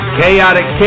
Chaotic